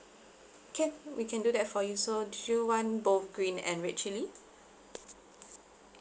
can we can do that for you so do you want both green and red chili